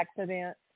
accident